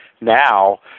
now